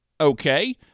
Okay